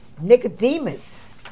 Nicodemus